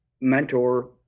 mentor